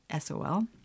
SOL